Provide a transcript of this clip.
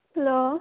hello